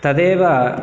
तदेव